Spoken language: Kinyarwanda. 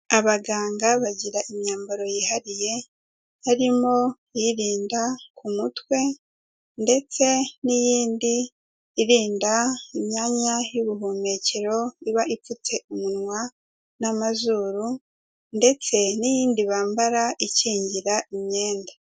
Abaganga bagira imyambaro yihariye harimo irinda ku mutwe ndetse n'iyindi irinda imyanya y'ubuhumekero, iba ipfutse umunwa n'amazuru ndetse n'iyindi bambara ikingira imyenda.